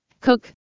cook